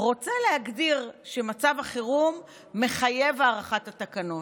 רוצה להגדיר שמצב החירום מחייב את הארכת התקנות.